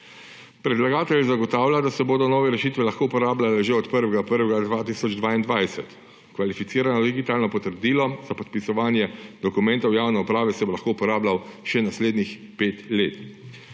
Predlagatelj zagotavlja, da se bodo nove rešitve lahko uporabljale že od 1. 1. 2022. Kvalificirano digitalno potrdilo za podpisovanje dokumentov javne uprave se bo lahko uporabljalo še naslednjih pet let.